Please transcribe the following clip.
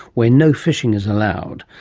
where no fishing is allowed.